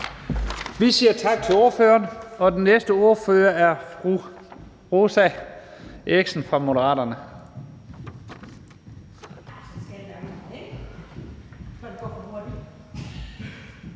Vi siger tak til ordføreren, og den næste ordfører er fru Rosa Eriksen fra Moderaterne.